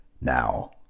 Now